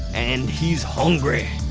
and he's hungry.